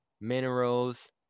minerals